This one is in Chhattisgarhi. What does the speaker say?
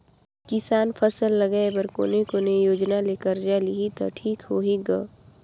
किसान फसल लगाय बर कोने कोने योजना ले कर्जा लिही त ठीक होही ग?